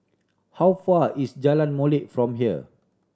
how far is Jalan Molek from here